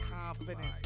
confidence